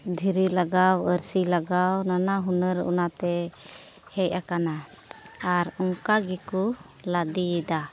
ᱫᱷᱤᱨᱤ ᱞᱟᱜᱟᱣ ᱟᱹᱨᱥᱤ ᱞᱟᱜᱟᱣ ᱱᱟᱱᱟ ᱦᱩᱱᱟᱹᱨ ᱚᱱᱟᱛᱮ ᱦᱮᱡ ᱟᱠᱟᱱᱟ ᱟᱨ ᱚᱱᱠᱟ ᱜᱮᱠᱚ ᱞᱟᱫᱮᱭᱮᱫᱟ